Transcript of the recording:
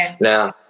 Now